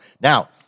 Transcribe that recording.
Now